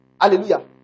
Hallelujah